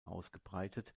ausgebreitet